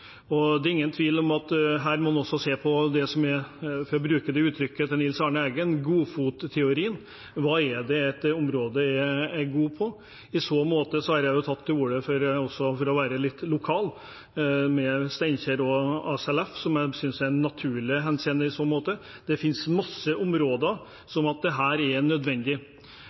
Og det er ingen tvil om at her må en også se på det som er – for å bruke uttrykket til Nils Arne Eggen – «godfotteorien», hva er det et område er god på? I så måte har jeg tatt til orde for – for også å være litt lokal – Steinkjer og SLF, som jeg synes er naturlig i så henseende. Det finnes mange områder der dette er nødvendig.